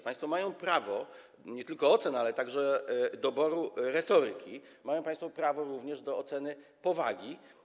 Państwo mają prawo nie tylko do ocen, ale także do doboru retoryki, mają państwo prawo również do oceny powagi.